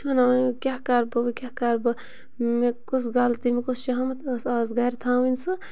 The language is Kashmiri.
بہٕ چھَس وَنان ونۍ کیاہ کَرٕ بہٕ وۄنۍ کیٛاہ کَرٕ بہٕ مےٚ کُس غلطی مےٚ کُس شہمت ٲس آز گَرِ تھاوٕنۍ سُہ